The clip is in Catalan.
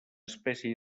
espècie